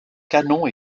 canon